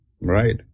right